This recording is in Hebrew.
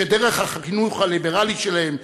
שדרך החינוך הליברלית שלהם,